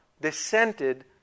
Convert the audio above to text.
dissented